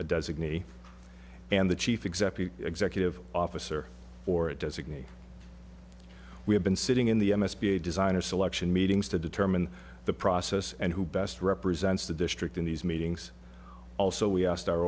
or designee and the chief executive executive officer or designate we have been sitting in the m s p a designer selection meetings to determine the process and who best represents the district in these meetings also we asked our